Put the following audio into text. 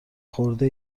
خورده